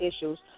issues